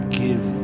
give